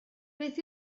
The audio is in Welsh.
beth